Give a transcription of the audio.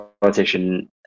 politician